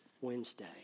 Wednesday